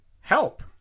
help